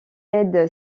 aide